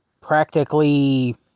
practically